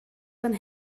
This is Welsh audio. fan